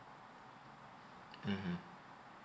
mmhmm